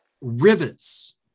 rivets